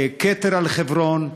כתר על חברון,